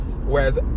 Whereas